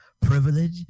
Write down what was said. privilege